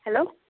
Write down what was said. hello